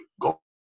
Go